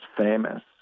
famous